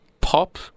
pop